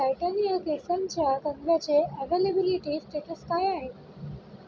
Titania केसांच्या कंगव्याचे availability status काय आहे